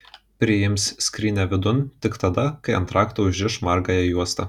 priims skrynią vidun tik tada kai ant rakto užriš margąją juostą